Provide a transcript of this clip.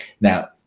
Now